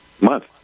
month